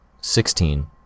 Sixteen